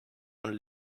und